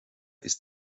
ist